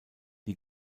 die